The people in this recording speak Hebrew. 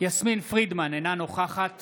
יסמין פרידמן, אינה נוכחת